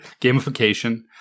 Gamification